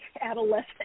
Adolescent